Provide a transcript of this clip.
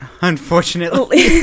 unfortunately